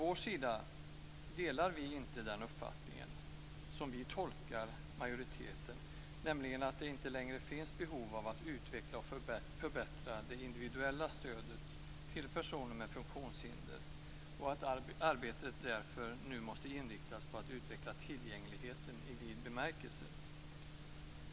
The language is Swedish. Vi delar inte utskottsmajoritetens uppfattning, som vi tolkar den, att det inte längre finns behov av att utveckla och förbättra det individuella stödet till personer med funktionshinder och att arbetet därför nu måste inriktas på att utveckla tillgängligheten i vid bemärkelse.